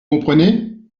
comprenez